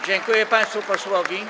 Dziękuję państwu posłom.